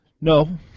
No